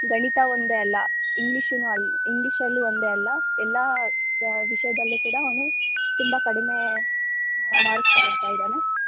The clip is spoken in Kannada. ಗಣಿತ ಒಂದೇ ಅಲ್ಲ ಇಂಗ್ಲೀಷೂ ಅಲ್ಲ ಇಂಗ್ಲೀಷಲ್ಲೂ ಒಂದೇ ಅಲ್ಲ ಎಲ್ಲ ದ ವಿಷಯದಲ್ಲೂ ಕೂಡ ಅವನು ತುಂಬ ಕಡಿಮೆ ಮಾರ್ಕ್ಸ್ ತಗೊಳ್ತಾ ಇದ್ದಾನೆ